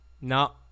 no